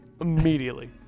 Immediately